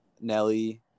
Nelly